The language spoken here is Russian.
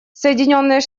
соединенные